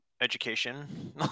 Education